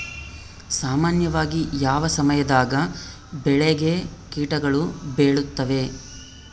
ಸಾಮಾನ್ಯವಾಗಿ ಯಾವ ಸಮಯದಾಗ ಬೆಳೆಗೆ ಕೇಟಗಳು ಬೇಳುತ್ತವೆ?